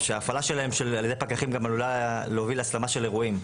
והפעלתן על ידי פקחים גם עלולה להוביל להסלמה של אירועים.